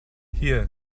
hier